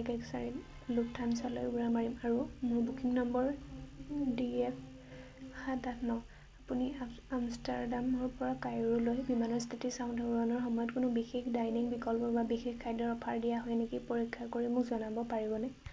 এক এক চাৰিত লুফথানছালৈ উৰা মাৰিম আৰু মোৰ বুকিং নম্বৰ ডি এফ সাত আঠ ন আপুনি আমষ্টাৰডামৰ পৰা কায়ৰোলৈ বিমানৰ স্থিতি চাওঁতে উৰণৰ সময়ত কোনো বিশেষ ডাইনিং বিকল্প বা বিশেষ খাদ্যৰ অফাৰ দিয়া হয় নেকি পৰীক্ষা কৰি মোক জনাব পাৰিবনে